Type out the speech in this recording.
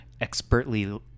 Expertly